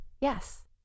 Yes